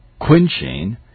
quenching